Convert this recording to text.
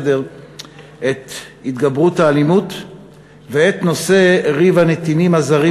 לסדר-היום את נושא התגברות האלימות ואת נושא ריב הנתינים הזרים